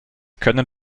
können